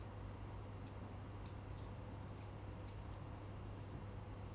okay